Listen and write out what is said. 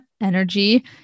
energy